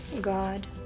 God